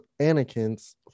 Anakin's